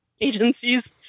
agencies